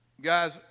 Guys